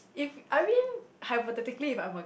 if I mean hypothetically if I'm a